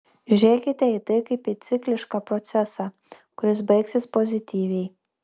žiūrėkite į tai kaip į ciklišką procesą kuris baigsis pozityviai